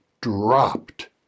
dropped